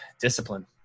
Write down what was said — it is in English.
discipline